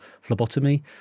phlebotomy